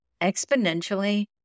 exponentially